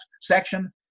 section